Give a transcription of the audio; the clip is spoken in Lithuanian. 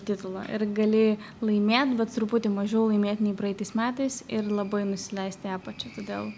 titulą ir gali laimėt bet truputį mažiau laimėt nei praeitais metais ir labai nusileist į apačią todėl